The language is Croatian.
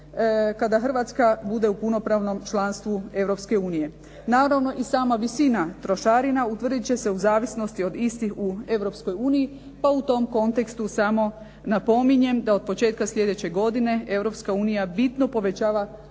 kada Hrvatska bude u punopravnom članstvu Europske unije. Naravno i sama visina trošarina utvrdit će se u zavisnosti od istih u Europskoj uniji, pa u tom kontekstu samo napominjem da od početka sljedeće godine Europska